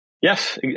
Yes